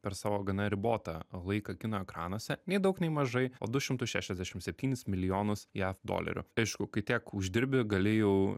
per savo gana ribotą laiką kino ekranuose nei daug nei mažai o du šimtus šešiasdešim septynis milijonus jav dolerių aišku kai tiek uždirbi gali jau